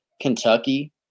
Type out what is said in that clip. Kentucky